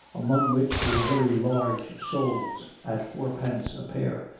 among which were very large soles at fourpence a pair,